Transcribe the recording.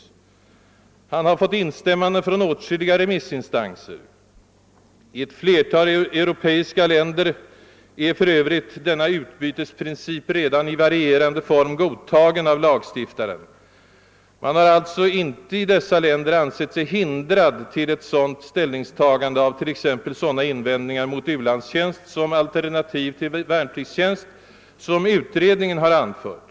Han har fått instämmanden från åtskilliga remissinstanser. I ett flertal europeiska länder är för övrigt denna utbytesprincip redan i varierande form godtagen av lagstiftaren. Man har alltså inte i dessa länder ansett sig hindrad till ett sådant ställningstagande av t.ex. sådana invändningar mot u-landstjänst som alternativ till värnpliktstjänst, som utredningen har anfört.